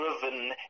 driven